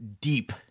deep